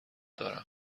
دارم